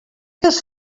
dos